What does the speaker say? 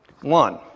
One